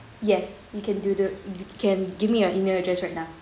yes you can do do you can give me your email address right now